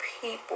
people